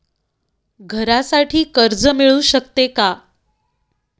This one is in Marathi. घरासाठी कर्ज मिळू शकते का?